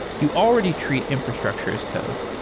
you already treat infrastructure as code.